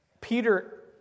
Peter